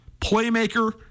playmaker